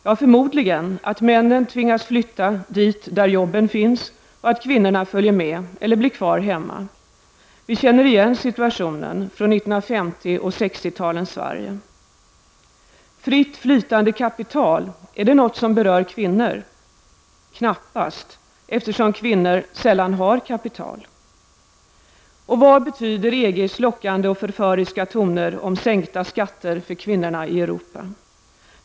Ja, förmodligen att männen tvingas flytta dit där jobben finns och att kvinnorna följer med eller blir kvar hemma. Vi känner igen situationen från 1950 och 1960-talens Sverige. Fritt flytande kapital. Är det något som berör kvinnor? Knappast, eftersom kvinnor sällan har kapital. Vad betyder EGs lockande och förföriska toner om sänkta skatter för kvinnorna i Europa?